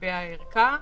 לגבי הערכה.